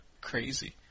crazy